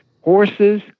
Horses